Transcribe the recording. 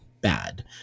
bad